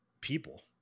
people